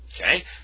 Okay